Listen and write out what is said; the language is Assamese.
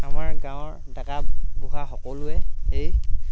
আমাৰ গাঁৱৰ ডেকা বুঢ়া সকলোৱে সেই